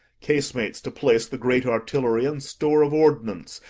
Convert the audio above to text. casemates to place the great artillery, and store of ordnance,